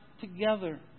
together